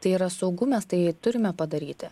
tai yra saugu mes tai turime padaryti